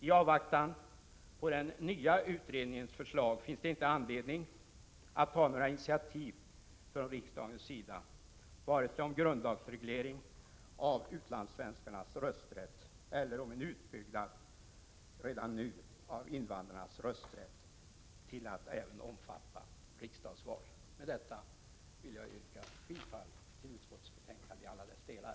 I avvaktan på den nya utredningens förslag finns det inte skäl att ta några initiativ från riksdagens sida i fråga om grundlagsregleringen av utlandssvenskarnas rösträtt eller när det gäller en utbyggnad redan nu av invandrarnas rösträtt till att omfatta även riksdagsval. Med detta vill jag yrka bifall till utskottets hemställan i alla delar.